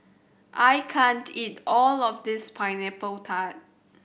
I can't eat all of this Pineapple Tart